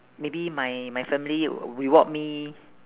maybe my my family reward me